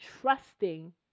trusting